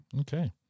Okay